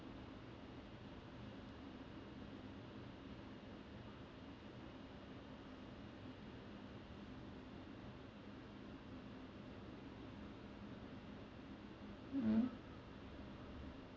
um